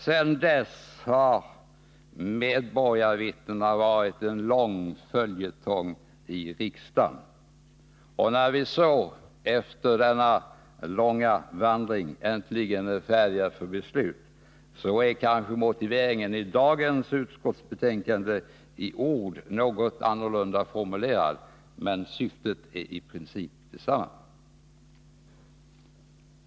Sedan dess har medborgarvittnena varit en lång följetong i riksdagen, och när vi nu efter denna långa vandring äntligen är färdiga för beslut, är kanske motiveringen i dagens utskottsbetänkande i ord något annorlunda formulerat, men syftet är i princip detsamma.